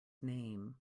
name